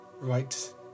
right